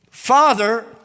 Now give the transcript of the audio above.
Father